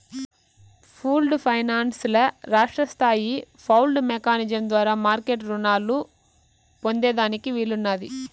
pooled finance ల రాష్ట్రస్తాయి pooled mechanism ద్వారా మార్మెట్ రునాలు పొందేదానికి వీలున్నాది